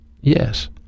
Yes